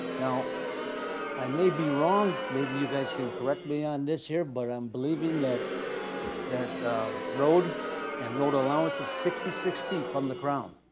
now i may be wrong, maybe you guys can correct me on this here but i'm believing that that road and road allowance is sixty six feet from the ground.